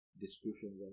Description